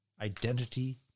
identity